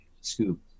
scoop